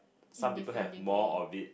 in different degree